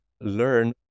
learn